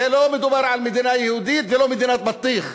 לא מדובר על מדינה יהודית ולא מדינת בטיח,